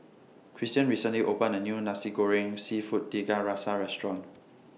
Cristian recently opened A New Nasi Goreng Seafood Tiga Rasa Restaurant